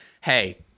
hey